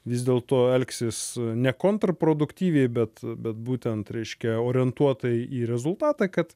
vis dėlto elgsis ne kontrproduktyviai bet bet būtent reiškia orientuotai į rezultatą kad